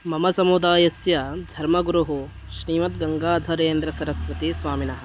मम समुदायस्य धर्मगुरुः श्रीमद्गङ्गाधरेन्द्र सरस्वतीस्वामिनः